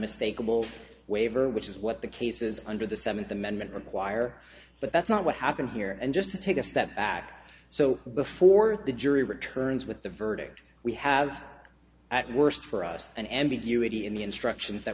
mistakable waiver which is what the cases under the seventh amendment require but that's not what happened here and just to take a step back so before the jury returns with the verdict we have at worst for us an ambiguity in the instructions that